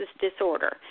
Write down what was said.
disorder